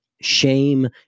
shame